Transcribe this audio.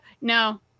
No